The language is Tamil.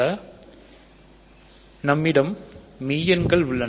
இதேபோல் நம்மிடம் மெய்யெண்கள் உள்ளன